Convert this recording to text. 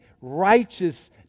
righteous